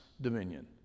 dominion